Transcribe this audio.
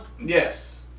Yes